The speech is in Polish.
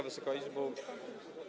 Wysoka Izbo!